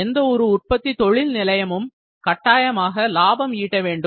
எந்த ஒரு உற்பத்தி தொழில் நிலையமும் கட்டாயமாக லாபம் ஈட்ட வேண்டும்